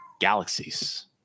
galaxies